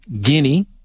Guinea